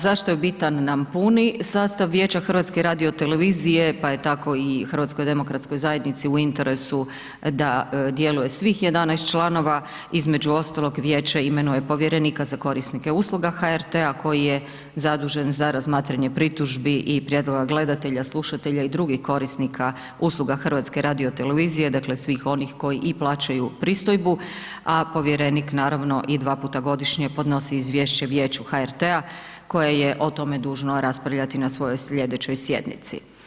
Zašto je bitan nam puni sastav vijeća HRT-a, pa je tako i HDZ-u u interesu da djeluje svih 11 članova, između ostalog vijeće imenuje povjerenika za korisnike usluga HRT-a koji je zadužen za razmatranje pritužbi i prijedloga gledatelja, slušatelja ili drugih korisnika usluga HRT-a, dakle, svih onih koji i plaćaju pristojbu, a povjerenik naravno i dva puta godišnje podnosi izvješće vijeću HRT-a koje je o tome dužno raspravljati na svojoj slijedećoj sjednici.